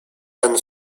and